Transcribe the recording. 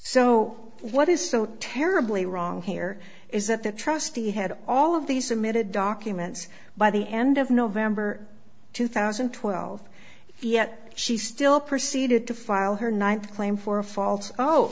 so what is so terribly wrong here is that the trustee had all of these emitted documents by the end of november two thousand and twelve yet she still proceeded to file her ninth claim for a fault oh